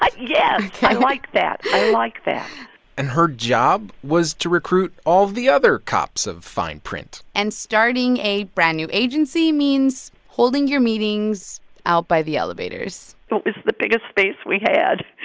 i yeah i like that. i like that and her job was to recruit all the other cops of fine print and starting a brand-new agency means holding your meetings out by the elevators so it's the biggest space we had.